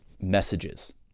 messages